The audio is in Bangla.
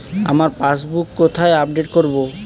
আমার পাসবুক কোথায় আপডেট করব?